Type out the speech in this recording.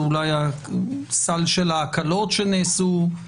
אולי הסל של ההקלות שנעשו?